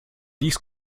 dies